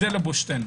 זה לבושתנו.